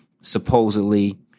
supposedly